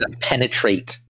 penetrate